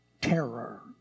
terror